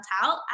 out